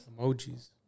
Emojis